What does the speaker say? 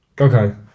Okay